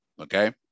Okay